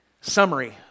summary